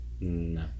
no